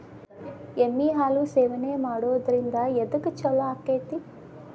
ಎಮ್ಮಿ ಹಾಲು ಸೇವನೆ ಮಾಡೋದ್ರಿಂದ ಎದ್ಕ ಛಲೋ ಆಕ್ಕೆತಿ?